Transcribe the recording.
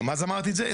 גם אז אמרתי את זה.